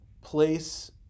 place